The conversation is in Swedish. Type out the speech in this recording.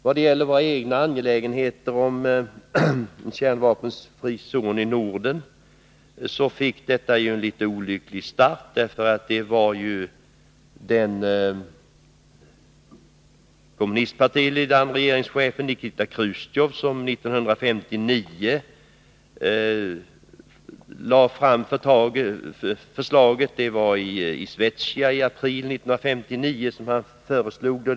Vad gäller våra egna angelägenheter och frågan om en kärnvapenfri zon i Norden kan sägas att den fick en litet olycklig start. Kommunistpartiledaren och regeringschefen Nikita Chrustjev lade fram förslaget i Izvestija i april 1959.